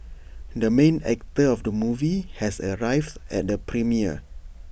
the main actor of the movie has arrived at the premiere